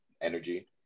energy